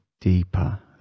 deeper